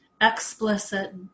explicit